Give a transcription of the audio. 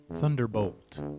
Thunderbolt